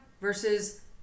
versus